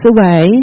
away